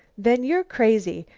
then you're crazy.